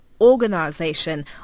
organization